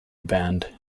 band